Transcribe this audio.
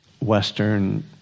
Western